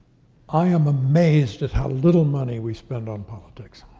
i am amazed at how little money we spend on politics.